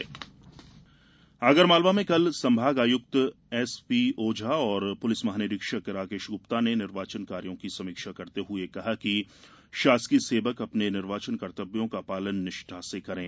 निर्वाचन तैयारी बैठक आगरमालवा में कल संभागायुक्त एमबीओझा और पुलिस महानिरीक्षक राकेष गुप्ता ने निर्वाचन कार्यो की समीक्षा करते हुए कहा कि शासकीय सेवक अपने निर्वाचन कर्तव्यों का पालन निष्ठा से करें